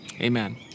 Amen